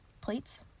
Plates